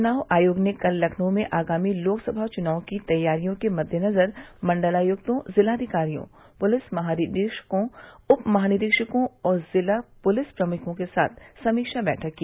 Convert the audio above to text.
चुनाव आयोग ने कल लखनऊ में आगामी लोकसभा चुनाव की तैयारियों के मद्देनजर मंडलायुक्तों जिलाधिकारियों पुलिस महानिरीक्षकों उप महानिरीक्षकों और जिला पूलिस प्रमुखों के साथ समीक्षा बैठक की